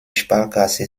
sparkasse